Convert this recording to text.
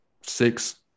six